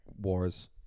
wars